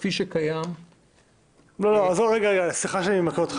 כפי שהוא קיים --- סליחה שאני קוטע,